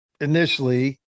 initially